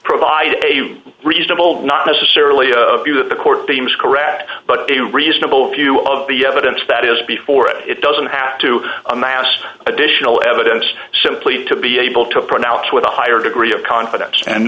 provide a reasonable not necessarily of view that the court deems carette but a reasonable view of the evidence that is before it it doesn't have to amass additional evidence simply to be able to pronounce with a higher degree of confidence